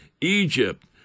Egypt